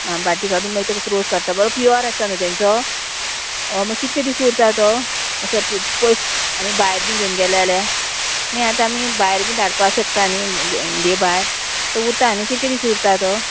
आं बाटी काडून मागीर रोस काडटा बरो प्युअर आसा न्हू तेंचो मागीर कितके दीस उरता तो असो पयस आमी भायर बीन घेवन गेले जाल्यार मागीर आतां आमी भायर बीन धाडपा शकता न्ही इंडिये भायर तो उरता न्ही कितके दीस उरता तो